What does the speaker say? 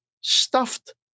Stuffed